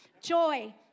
joy